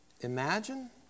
Imagine